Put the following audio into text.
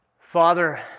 Father